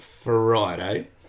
Friday